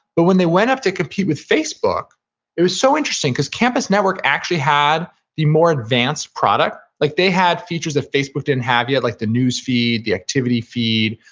but when they went up to compete with facebook it was so interesting, because campus network actually had the more advanced product like they had features that facebook didn't have yet, like the newsfeed, the activity feed,